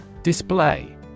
Display